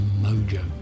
mojo